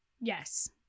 yes